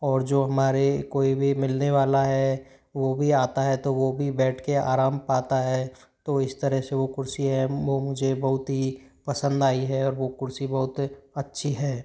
और जो हमारे कोई भी मिलने वाला है वो भी आता है तो वो भी बैठ के आराम पाता है तो इस तरह से वो कुर्सी है वो मुझे बहुत ही पसंद आई है और वो कुर्सी बहुत अच्छी है